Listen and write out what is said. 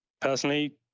Personally